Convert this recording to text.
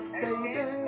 baby